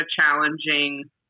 challenging